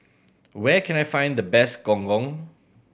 where can I find the best Gong Gong